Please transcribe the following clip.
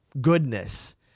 goodness